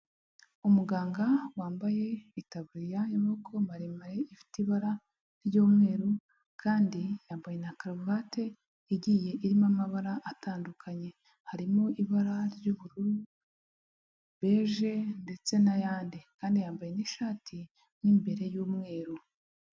Umuganga wambaye itaburiya y'amaboko maremare, ifite ibara ry'umweru kandi yambaye na karuvati igiye irimo amabara atandukanye, harimo ibara ry'ubururu, beje ndetse n'ayandi kandi yambaye n'ishati mo imbere y'umweru.